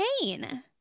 pain